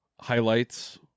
highlights